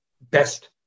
best